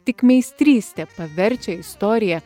tik meistrystė paverčia istoriją